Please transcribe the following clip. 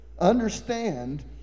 Understand